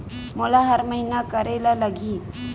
मोला हर महीना करे ल लगही?